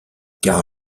car